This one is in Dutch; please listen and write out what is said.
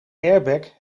airbag